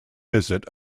visit